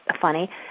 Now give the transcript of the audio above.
funny